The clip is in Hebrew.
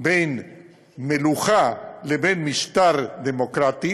בין מלוכה לבין משטר דמוקרטי,